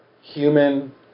human